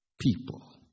people